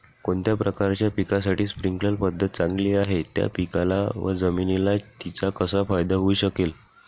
कोणत्या प्रकारच्या पिकासाठी स्प्रिंकल पद्धत चांगली आहे? त्या पिकाला व जमिनीला तिचा कसा फायदा होऊ शकेल?